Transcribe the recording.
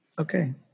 Okay